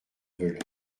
velay